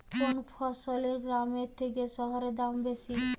কোন ফসলের গ্রামের থেকে শহরে দাম বেশি?